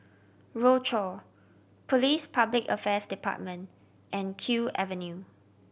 Rochor Police Public Affairs Department and Kew Avenue